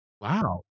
wow